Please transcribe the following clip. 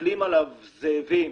מתנפלים עליו זאבים,